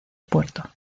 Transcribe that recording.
puerto